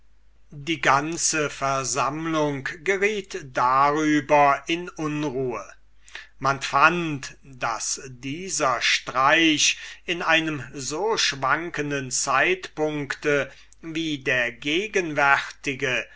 die ganze versammlung geriet darüber in unruhe man fand daß dieser streich in einem so schwankenden zeitpunkt wie der gegenwärtige